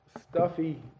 stuffy